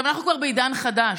עכשיו אנחנו כבר בעידן חדש.